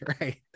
right